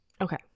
Okay